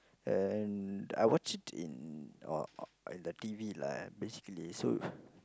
and I watched it in uh in the T_V lah basically so